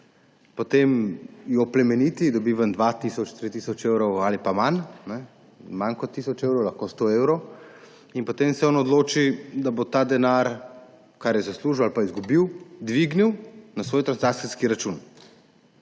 potem jo plemeniti, dobi ven 2 tisoč, 3 tisoč evrov ali pa manj kot tisoč evrov, lahko 100 evrov. In potem se on odloči, da bo ta denar, kar je zaslužil ali pa izgubil, dvignil na svoj transakcijski račun.